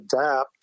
adapt